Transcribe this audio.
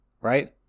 right